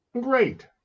great